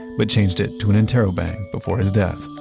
but changed it to an interrobang before his death.